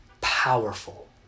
powerful